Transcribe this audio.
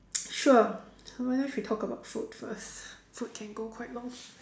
sure maybe if we talk about food first food can go quite long